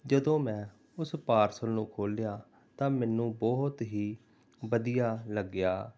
ਜਦੋਂ ਮੈਂ ਉਸ ਪਾਰਸਲ ਨੂੰ ਖੋਲ੍ਹਿਆ ਤਾਂ ਮੈਨੂੰ ਬਹੁਤ ਹੀ ਵਧੀਆ ਲੱਗਿਆ